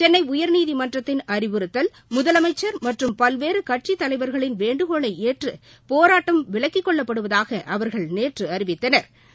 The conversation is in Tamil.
சென்னை உயா்நீதிமன்றத்தின் அறிவுறுத்தல் முதலமைச்சா் மற்றும் பல்வேறு கட்சித் தலைவா்களின் வேண்டுகோளை ஏற்று போராட்டம் விலக்கிக் கொள்ளப்படுவதாக அவா்கள் நேற்று அறிவித்தனா்